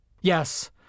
Yes